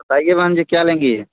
बताइए बहन जी क्या लेंगी